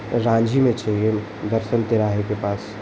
राँझी में चाहिए बरसम तिराहे के पास